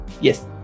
yes